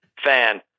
fan